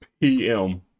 PM